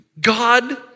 God